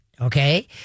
Okay